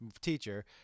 teacher